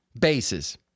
Bases